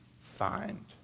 find